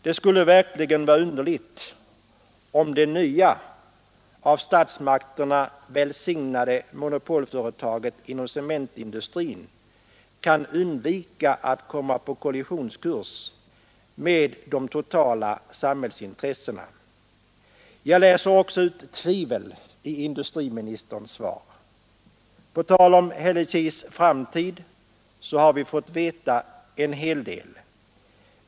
Det skulle verkligen vara underligt om det nya, av statsmakterna välsignade monopolföretaget inom cementindustrin kan undvika att komma på kollisionskurs med de övriga samhällsintressena. Jag läser också ut tvivel i industriministerns svar. På tal om Hällekis framtid har vi fått veta en hel del.